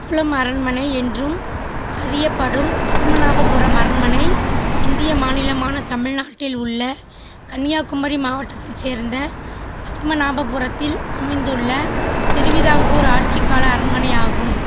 கல்குளம் அரண்மனை என்றும் அறியப்படும் பத்மநாபபுரம் அரண்மனை இந்திய மாநிலமான தமிழ்நாட்டில் உள்ள கன்னியாகுமரி மாவட்டத்தைச் சேர்ந்த பத்மநாபபுரத்தில் அமைந்துள்ள திருவிதாங்கூர் ஆட்சிகால அரண்மனையாகும்